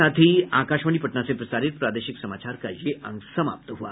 इसके साथ ही आकाशवाणी पटना से प्रसारित प्रादेशिक समाचार का ये अंक समाप्त हुआ